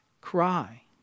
cry